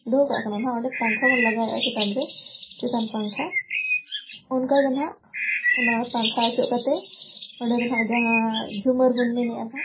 ᱫᱚᱦᱚ ᱠᱟᱜ ᱠᱟᱱᱟ ᱱᱟᱦᱟᱜ ᱚᱸᱰᱮ ᱯᱟᱝᱠᱷᱟ ᱵᱚᱱ ᱞᱟᱜᱟᱣᱟᱜᱼᱟ ᱪᱮᱛᱟᱱ ᱨᱮ ᱪᱮᱛᱟᱱ ᱯᱟᱝᱠᱷᱟ ᱚᱱᱠᱟ ᱜᱮ ᱱᱟᱦᱟᱜ ᱚᱱᱟ ᱯᱟᱝᱠᱷᱟ ᱚᱪᱚᱜ ᱠᱟᱛᱮᱫ ᱚᱸᱰᱮ ᱫᱚ ᱱᱟᱦᱟᱜ ᱡᱟᱦᱟᱸ ᱡᱷᱩᱢᱟᱹᱨ ᱵᱚᱱ ᱢᱮᱱᱮᱜᱼᱟ ᱱᱟᱦᱟᱜ